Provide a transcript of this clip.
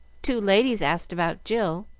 two ladies asked about jill,